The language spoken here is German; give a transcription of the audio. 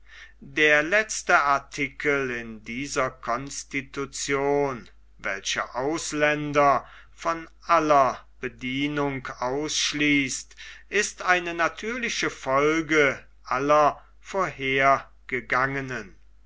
der letzte artikel in dieser constitution welcher ausländer von aller bedienung ausschließt ist eine natürliche folge aller vorhergegangen